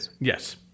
yes